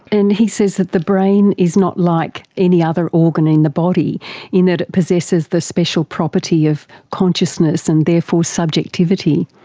and he says that the brain is not like any other organ in the body in that it possesses the special property of consciousness and therefore subjectivity.